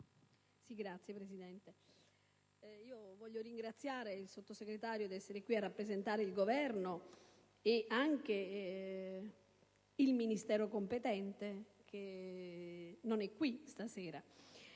Signor Presidente, voglio ringraziare il Sottosegretario di essere qui a rappresentare il Governo e anche il Ministero competente, che non è qui stasera.